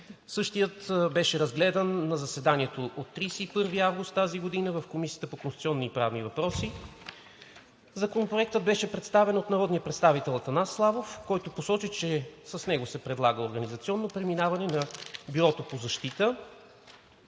беше разгледан на заседанието от 31 август 2021 г. в Комисията по конституционни и правни въпроси. Законопроектът беше представен от народния представител Атанас Славов, който посочи, че с него се предлага организационното преминаване на Бюрото по защита